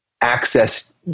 access